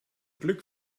glück